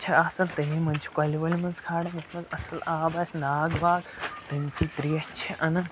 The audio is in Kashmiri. چھِ آسان تٔمی منٛز چھِ کۄلہِ وۄلہِ منٛز کھالان یَتھ منٛز اَصٕل آب آسہِ ناگ واگ تَمچی ترٛیش چھِ اَنان